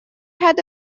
had